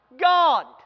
God